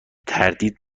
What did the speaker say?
تردید